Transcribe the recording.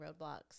roadblocks